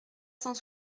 cent